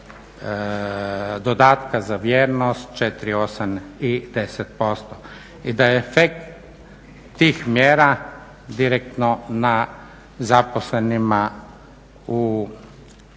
dodatka za vjernost 4, 8 i 10%. I da je efekt tih mjera direktno na zaposlenima u